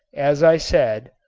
as i said,